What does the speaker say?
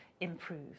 improve